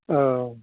औ